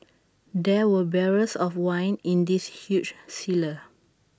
there were barrels of wine in this huge cellar